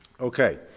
Okay